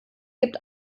gibt